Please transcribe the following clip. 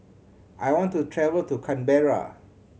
I want to travel to Canberra